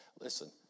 Listen